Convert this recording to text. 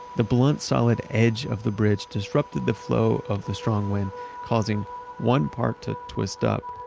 the blunt solid edge of the bridge disrupted the flow of the strong wind causing one part to twist up,